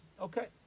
Okay